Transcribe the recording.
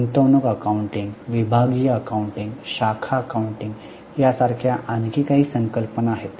गुंतवणूक अकाउंटिंग विभागीय अकाउंटिंग शाखा अकाउंटिंग यासारख्या आणखी काही संकल्पना आहेत